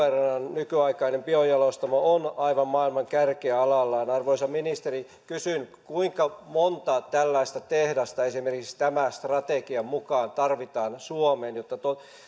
nykyaikainen biojalostamo lappeenrannassa on aivan maailman kärkeä alalla arvoisa ministeri kysyn kuinka monta tällaista tehdasta esimerkiksi tämän strategian mukaan tarvitaan suomeen jotta